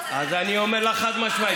אז למה זה לא הולך איתו לשילוב אם הוא רוצה?